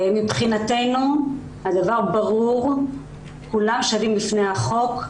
מבחינתנו הדבר ברור, כולם שווים בפני החוק.